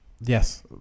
Yes